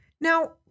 Now